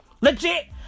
Legit